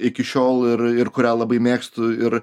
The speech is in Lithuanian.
iki šiol ir ir kurią labai mėgstu ir